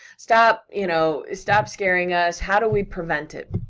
stop you know stop scaring us, how do we prevent it?